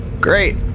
Great